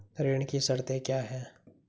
ऋण की शर्तें क्या हैं?